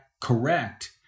correct